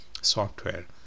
software